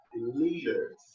leaders